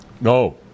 No